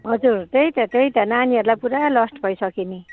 हजुर त्यही त त्यही त नानीहरूलाई पुरा लस्ट भइसक्यो नि